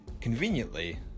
conveniently